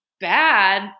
bad